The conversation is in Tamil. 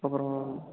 அப்புறம்